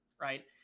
right